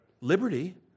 liberty